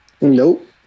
Nope